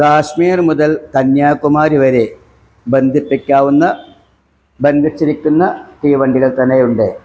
കാശ്മീർ മുതൽ കന്യാകുമാരി വരെ ബന്ധിപ്പിക്കാവുന്ന ബന്ധിച്ചിരിക്കുന്ന തീവണ്ടികൾ തന്നെയുണ്ട്